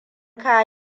ka